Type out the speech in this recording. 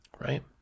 Right